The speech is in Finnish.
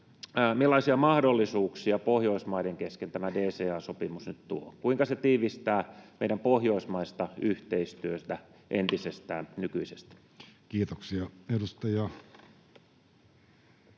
millaisia mahdollisuuksia Pohjoismaiden kesken tämä DCA-sopimus nyt tuo? Kuinka se tiivistää meidän pohjoismaista yhteistyötämme entisestään nykyisestä? [Speech